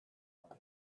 while